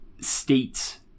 states